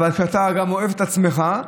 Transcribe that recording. אבל אתה גם אוהב את עצמך,